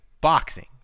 boxing